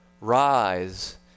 Rise